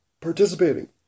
participating